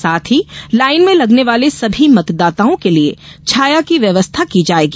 साथ ही लाइन में लगने वाले सभी मतदाताओं के लिये छाया की व्यवस्था की जाएगी